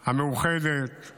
ירושלים השלמה, המאוחדת,